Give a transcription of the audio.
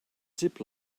zip